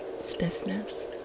Stiffness